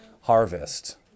harvest